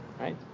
right